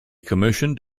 commissioned